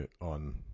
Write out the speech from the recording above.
on